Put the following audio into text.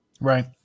Right